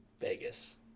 Vegas